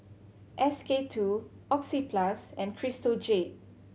S K Two Oxyplus and Crystal Jade